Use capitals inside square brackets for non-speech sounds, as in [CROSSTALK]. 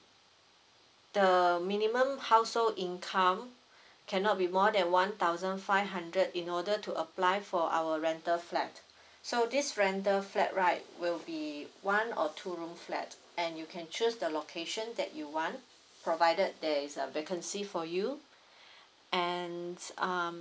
the minimum household income cannot be more than one thousand five hundred in order to apply for our rental flat so this rental flat right will be one or two room flat and you can choose the location that you want provided there is a vacancy for you [BREATH] and um